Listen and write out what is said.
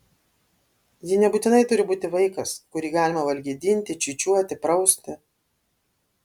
ji nebūtinai turi būti vaikas kurį galima valgydinti čiūčiuoti prausti